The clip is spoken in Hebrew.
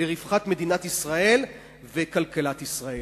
לרווחת מדינת ישראל וכלכלת ישראל.